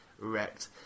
wrecked